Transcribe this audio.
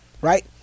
right